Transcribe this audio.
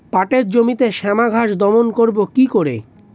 পাটের জমিতে শ্যামা ঘাস দমন করবো কি করে?